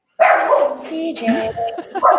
CJ